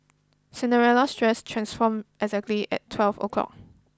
Cinderella's dress transformed exactly at twelve o'clock